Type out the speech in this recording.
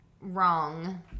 wrong